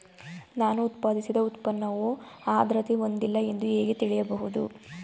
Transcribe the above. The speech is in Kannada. ನಾನು ಉತ್ಪಾದಿಸಿದ ಉತ್ಪನ್ನವು ಆದ್ರತೆ ಹೊಂದಿಲ್ಲ ಎಂದು ಹೇಗೆ ತಿಳಿಯಬಹುದು?